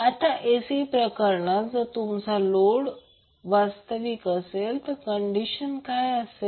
आता AC प्रकरणात जर तुमचा लोड वास्तविक असेल तर कंडीशन काय असेल